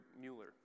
Mueller